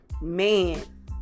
man